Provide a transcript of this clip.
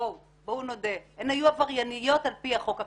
בואו נודה, הן היו עברייניות על פי החוק הקיים.